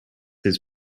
his